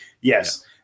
Yes